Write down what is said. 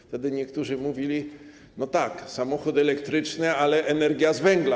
Wtedy niektórzy mówili: no tak, samochód elektryczny, ale energia z węgla.